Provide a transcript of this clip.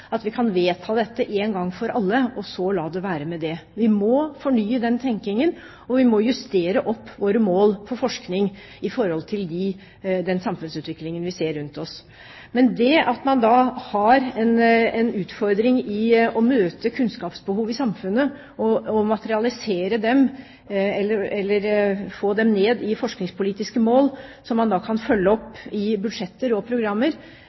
at vi kan vedta dette én gang for alle og så la det være med det. Vi må fornye den tenkingen, og vi må justere opp våre mål for forskning i forhold til den samfunnsutviklingen vi ser rundt oss. Men det at man har en utfordring i å møte kunnskapsbehov i samfunnet og materialisere dem, eller få dem ned i forskningspolitiske mål, som man så kan følge opp i budsjetter og programmer,